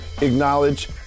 acknowledge